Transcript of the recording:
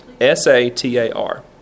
S-A-T-A-R